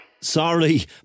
Sorry